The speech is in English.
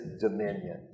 dominion